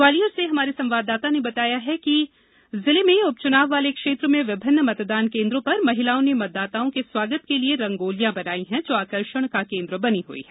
ग्वालियर से हमारे संवाददाता ने बताया है कि जिले में उपचुनाव वाले क्षेत्र में विभिन्न मतदानकेन्द्रों पर महिलाओं ने मतदाताओं के स्वागत के लिए रंगोलियां बनाई हैं जो आकर्षण का केंद्र बनी हुई है